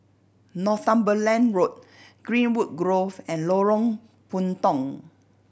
Northumberland Road Greenwood Grove and Lorong Puntong